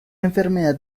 enfermedad